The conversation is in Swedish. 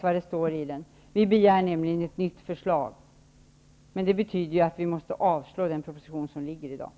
Vi begär nämligen ett nytt förslag. Det betyder att vi måste avslå den proposition som i dag föreligger.